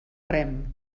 rem